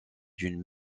d’une